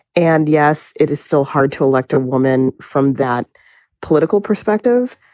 and yes, it is still hard to elect a woman from that political perspective,